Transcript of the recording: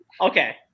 Okay